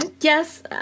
Yes